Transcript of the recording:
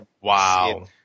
Wow